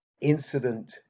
incident